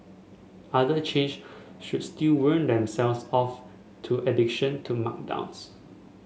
other chains should still wean themselves off to addiction to markdowns